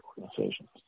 organizations